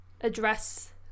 address